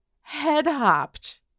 head-hopped